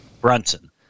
Brunson